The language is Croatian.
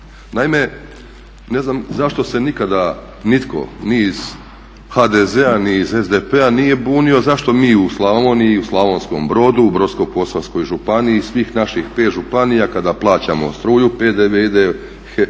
Naime, ne znam zašto se nikada nitko ni iz HDZ-a ni iz SDP-a nije bunio zašto mi u Slavoniji i u Slavonskom Brodu, u Brodsko-posavskoj županiji i svih naših 5 županija kada plaćamo struju PDV